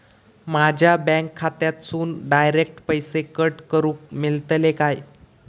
माझ्या बँक खात्यासून डायरेक्ट पैसे कट करूक मेलतले काय?